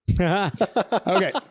Okay